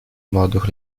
молодых